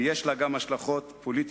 ויש לה גם השלכות פוליטיות-מפלגתיות.